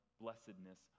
blessedness